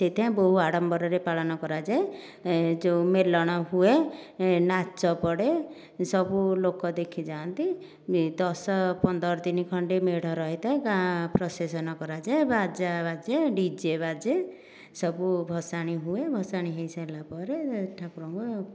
ସେଥିପାଇଁ ବହୁ ଆଡ଼ମ୍ବରରେ ପାଳନ କରାଯାଏ ଯେଉଁ ମେଲଣ ହୁଏ ଏ ନାଚ ପଡ଼େ ସବୁ ଲୋକ ଦେଖି ଯାଆନ୍ତି ଦଶ ପନ୍ଦର ଦିନ ଖଣ୍ଡେ ମେଢ଼ ରହିଥାଏ ଗାଁ ପ୍ରୋସେସନ କରାଯାଏ ବାଜା ବାଜେ ଡିଜେ ବାଜେ ସବୁ ଭସାଣି ହୁଏ ଭସାଣି ହୋଇସାରିଲା ପରେ ଠାକୁରଙ୍କୁ